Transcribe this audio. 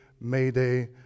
mayday